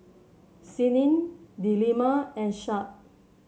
Senin Delima and Shuib